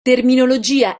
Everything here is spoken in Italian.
terminologia